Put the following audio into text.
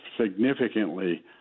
significantly